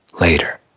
later